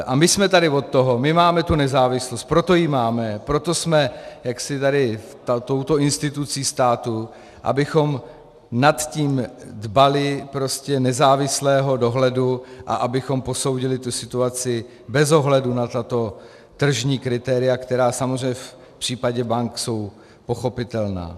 A my jsme tady od toho, my máme tu nezávislost, proto ji máme, proto jsme touto institucí státu, abychom nad tím dbali nezávislého dohledu a abychom posoudili situaci bez ohledu na tato tržní kritéria, která samozřejmě v případě bank jsou pochopitelná.